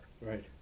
Right